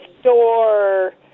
store